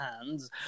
hands